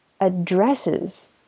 addresses